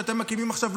שאתם מקימים עכשיו,